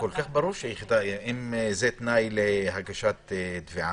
אם זה תנאי להגשת תביעה.